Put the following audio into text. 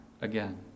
again